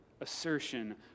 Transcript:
assertion